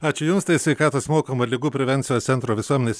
ačiū jums tai sveikatos mokama ligų prevencijos centro visuomenės